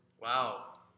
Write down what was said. Wow